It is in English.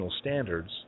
standards